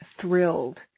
thrilled